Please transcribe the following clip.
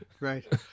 right